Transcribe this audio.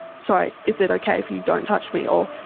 sorry, is it okay if you don't touch me? or,